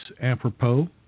apropos